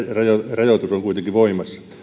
rajoitus on kuitenkin voimassa